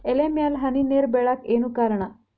ಎಲೆ ಮ್ಯಾಲ್ ಹನಿ ನೇರ್ ಬಿಳಾಕ್ ಏನು ಕಾರಣ?